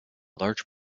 large